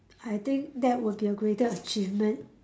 I think that would be a greater achievement